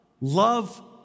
love